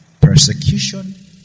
Persecution